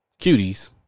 Cuties